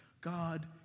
God